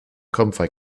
comfy